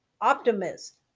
optimist